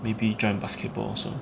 maybe join basketball also